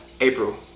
April